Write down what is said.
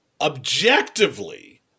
objectively